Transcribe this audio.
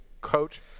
coach